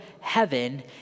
heaven